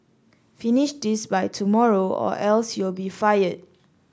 finish this by tomorrow or else you'll be fired